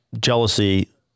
jealousy